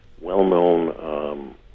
well-known